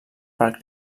per